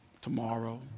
tomorrow